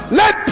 let